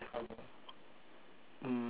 mm